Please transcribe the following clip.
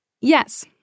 Yes